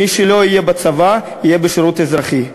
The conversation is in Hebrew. מי שלא יהיה בצבא, יהיה בשירות אזרחי.